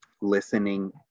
listening